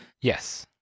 Yes